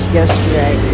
yesterday